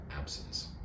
absence